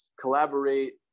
collaborate